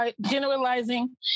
generalizing